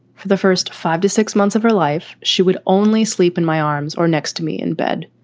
for the first five to six months of her life, she would only sleep in my arms or next to me in bed.